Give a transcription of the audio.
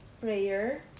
prayer